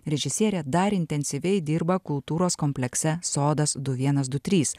režisierė dar intensyviai dirba kultūros komplekse sodas du vienas du trys